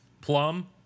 Plum